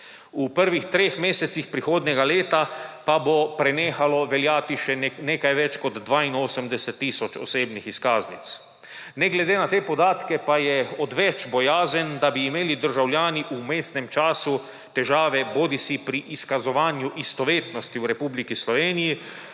V prvih treh mesecih prihodnjega leta pa bo prenehalo veljati še nekaj več kot 82 tisoč osebnih izkaznic. Ne glede na te podatke pa je odveč bojazen, da bi imeli državljani v umestnem času težave bodisi pri izkazovanju istovetnosti v Republiki Sloveniji